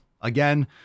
again